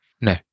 No